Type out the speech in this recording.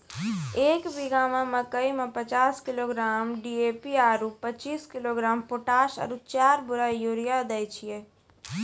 एक बीघा मे मकई मे पचास किलोग्राम डी.ए.पी आरु पचीस किलोग्राम पोटास आरु चार बोरा यूरिया दैय छैय?